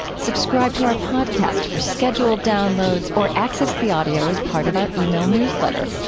subscribe to our podcast for scheduled downloads or access the audio as part of our ah e-mail newsletter.